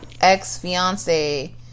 ex-fiance